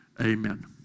amen